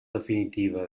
definitiva